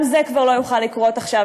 גם זה כבר לא יוכל לקרות עכשיו,